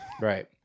Right